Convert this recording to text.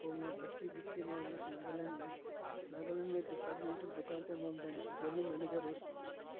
पोइ मां भटिकी भिटिकी मां वयुसि नागालैण्ड में नागालैण्ड में डिपार्टमेंटल दुकान ते मां जनरल मैनेजर हुउसि